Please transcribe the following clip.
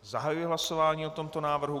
Zahajuji hlasování o tomto návrhu.